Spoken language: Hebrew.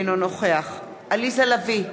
אינו נוכח עליזה לביא,